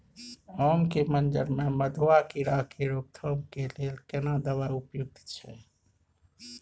आम के मंजर में मधुआ कीरा के रोकथाम के लेल केना दवाई उपयुक्त छै?